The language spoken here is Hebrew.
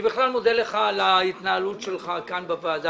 אני בכלל מודה לך על ההתנהלות שלך כאן בוועדה